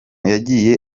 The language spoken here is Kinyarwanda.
yagize